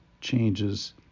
changes